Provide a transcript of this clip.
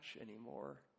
anymore